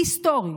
היסטורי.